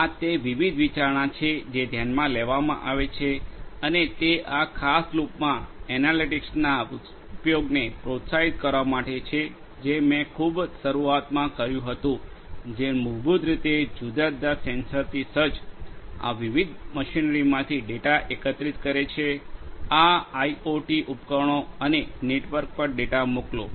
આ તે વિવિધ વિચારણા છે જે ધ્યાનમાં લેવામાં આવે છે અને તે આ ખાસ લૂપમાં એનાલિટિક્સના ઉપયોગને પ્રોત્સાહિત કરવા માટે છે જે મેં ખૂબ શરૂઆતમાં કહ્યું હતું જે મૂળભૂત રીતે જુદા જુદા સેન્સરથી સજ્જ આ વિવિધ મશીનરીમાંથી ડેટા એકત્રિત કરે છે આ આઇઓટી ઉપકરણો અને નેટવર્ક પર ડેટા મોકલો